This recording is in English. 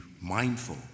mindful